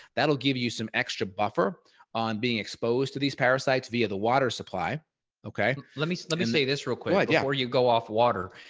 that'll give you some extra buffer on being exposed to these parasites via the water supply okay, let me let me say this real quick yeah, where you go off water,